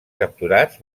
capturats